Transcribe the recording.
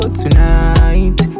tonight